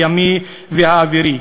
הימי והאווירי,